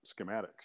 schematics